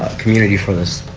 ah community for this.